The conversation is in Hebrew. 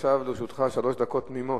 עכשיו לרשותך שלוש דקות תמימות.